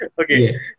Okay